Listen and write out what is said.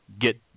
get